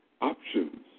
options